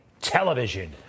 television